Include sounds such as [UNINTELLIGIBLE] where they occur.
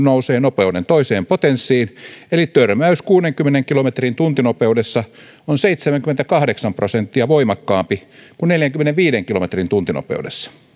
[UNINTELLIGIBLE] nousee nopeuden toiseen potenssiin eli törmäys kuudenkymmenen kilometrin tuntinopeudessa on seitsemänkymmentäkahdeksan prosenttia voimakkaampi kuin neljänkymmenenviiden kilometrin tuntinopeudessa